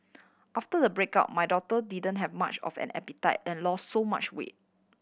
after the breakup my daughter didn't have much of an appetite and lost so much weight